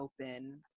open